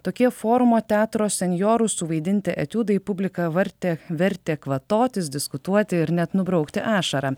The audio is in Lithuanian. tokie forumo teatro senjorų suvaidinti etiudai publiką vartė vertė kvatotis diskutuoti ir net nubraukti ašarą